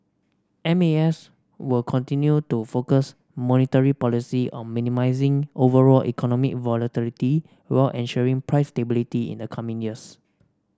M A S will continue to focus monetary policy on minimising overall economic volatility while ensuring price stability in the coming years